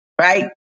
right